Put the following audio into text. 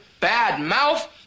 badmouth